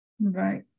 Right